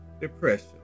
depression